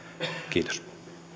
kiitos